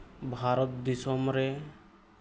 ᱵᱷᱟᱨᱚᱛ ᱫᱤᱥᱚᱢ ᱨᱮ